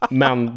men